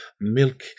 milk